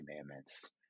commandments